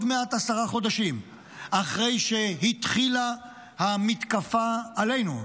מעט עשרה חודשים אחרי שהתחילה המתקפה עלינו,